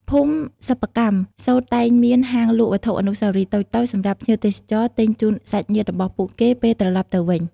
ភូមិសិប្បកម្មសូត្រតែងមាន ហាងលក់វត្ថុអនុស្សាវរីយ៍ តូចៗសម្រាប់ភ្ញៀវទេសចរទិញជូនសាច់ញាតិរបស់ពួកគេ ពេលត្រឡប់ទៅវិញ។